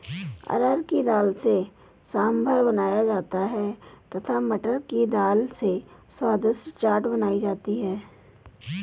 अरहर की दाल से सांभर बनाया जाता है तथा मटर की दाल से स्वादिष्ट चाट बनाई जाती है